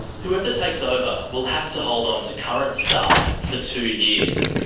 whoever takes over will have to hold on to current staff for two years.